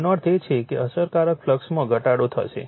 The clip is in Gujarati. તેનો અર્થ એ છે કે અસરકારક ફ્લક્સમાં ઘટાડો થશે